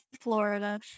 florida